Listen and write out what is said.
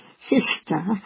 sister